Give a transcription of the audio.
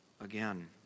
again